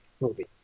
movie